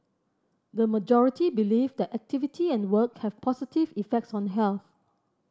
the majority believe that activity and work have positive effects on health